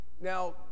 Now